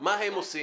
מה הם עושים?